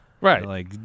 Right